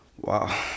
wow